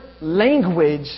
language